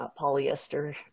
polyester